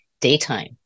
daytime